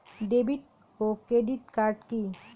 David ও credit card কি?